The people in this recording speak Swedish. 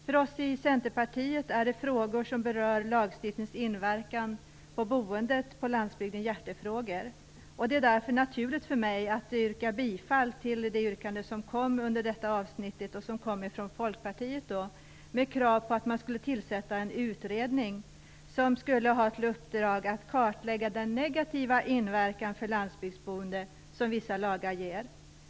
För oss i Centerpartiet är sådana frågor som berör lagstiftningens inverkan på boendet på landsbygden hjärtefrågor. Det är därför naturligt för mig att yrka bifall till Folkpartiets yrkande under detta avsnitt, där det krävs att man skall tillsätta en utredning med uppdrag att kartlägga den negativa inverkan som vissa lagar ger för landsbygdsboende.